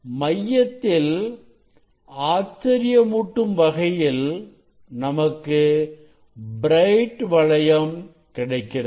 மையத்தில் ஆச்சரியமூட்டும் வகையில் நமக்கு பிரைட் வளையம் கிடைக்கிறது